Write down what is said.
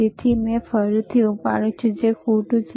તેથી મેં ફરીથી ઉપાડ્યું છે જે ખોટું છે